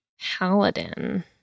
Paladin